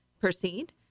proceed